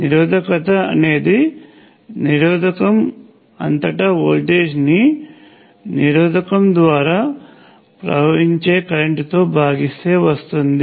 నిరోధకత అనేది నిరోధకము అంతటా వోల్టేజ్ని నిరోధకము ద్వారా ప్రవహించే కరెంటుతో భాగిస్తే వస్తుంది